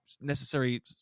necessary